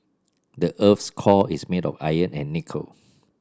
the earth's core is made of iron and nickel